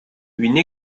une